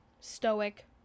Stoic